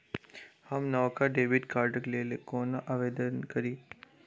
हम नवका डेबिट कार्डक लेल कोना आवेदन करी?